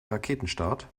raketenstart